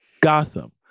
Gotham